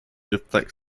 deflect